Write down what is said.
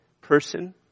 person